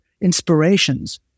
inspirations